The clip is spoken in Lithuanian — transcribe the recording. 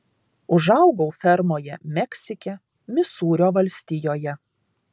užaugau fermoje meksike misūrio valstijoje